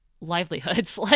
livelihoods